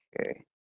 Okay